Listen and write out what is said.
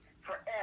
forever